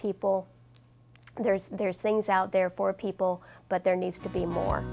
people there's there's things out there for people but there needs to be more